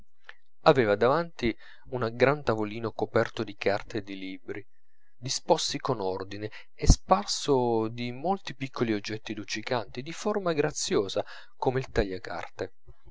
aveva davanti un grande tavolino coperto di carte e di libri disposti con ordine e sparso di molti piccoli oggetti luccicanti di forma graziosa come il tagliacarte